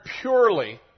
purely